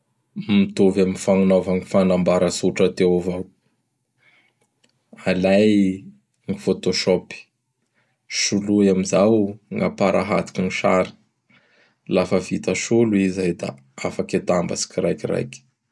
Mitovy am fagnnaova gny fanambara tsotra teo avao. Alay gn photoshop. Soloy amin'izao gn' aparahatoky n sary. Lafa vita solo i zay da afaky atambatsy kiraikiraiky.